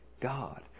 God